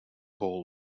ball